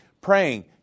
praying